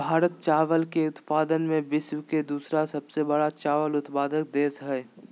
भारत चावल के उत्पादन में विश्व के दूसरा सबसे बड़ा चावल उत्पादक देश हइ